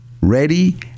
ready